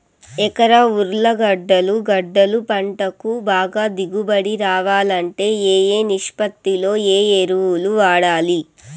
ఎకరా ఉర్లగడ్డలు గడ్డలు పంటకు బాగా దిగుబడి రావాలంటే ఏ ఏ నిష్పత్తిలో ఏ ఎరువులు వాడాలి?